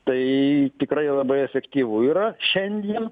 tai tikrai labai efektyvu yra šiandien